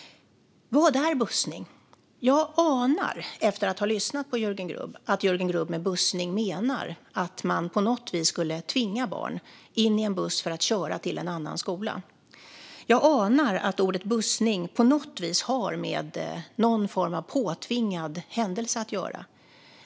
Vad är bussning? Jag anar efter att ha lyssnat på Jörgen Grubb att han med bussning menar att man på något vis skulle tvinga barn in i en buss för att köra dem till en annan skola. Jag anar att bussning på något vis har med någon form av påtvingad händelse att göra.